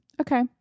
okay